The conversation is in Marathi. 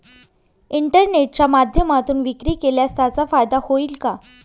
इंटरनेटच्या माध्यमातून विक्री केल्यास त्याचा फायदा होईल का?